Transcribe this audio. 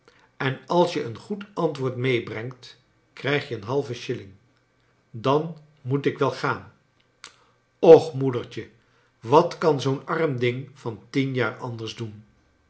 en als je een goed antwoord meebrengt krijg je een halven shilling dan moet ik wel gaan och moedertje wat kan zoo'n arm ding van tien jaar anders doen